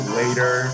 later